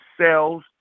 cells